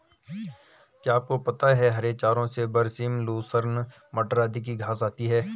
क्या आपको पता है हरे चारों में बरसीम, लूसर्न, मटर आदि की घांस आती है?